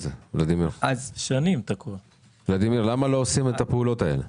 ולדימיר, למה לא עושים את הפעולות האלה?